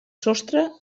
sostre